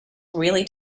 really